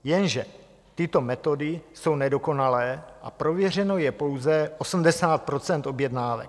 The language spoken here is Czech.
Jenže tyto metody jsou nedokonalé a prověřeno je pouze 80 % objednávek.